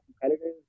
competitive